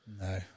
No